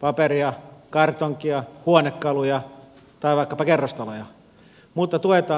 paperia kartonkia huonekaluja tai vaikkapa kerrostaloja mutta tuetaan sen polttamista